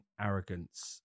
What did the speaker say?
arrogance